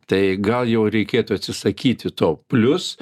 tai gal jau reikėtų atsisakyti to plius